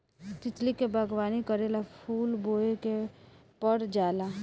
तितली के बागवानी करेला फूल बोए के पर जाला